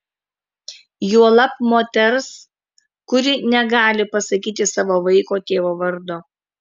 juolab moters kuri negali pasakyti savo vaiko tėvo vardo